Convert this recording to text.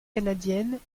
canadiennes